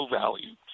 value